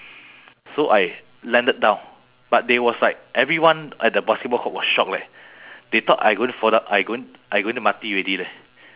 but who know I only sprain my ankle only but go home I get badly scolded by my mother lah because my neighbour went to tell her what happen lah